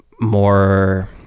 more